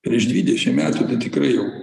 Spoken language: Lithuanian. prieš dvidešim metų tai tikrai jau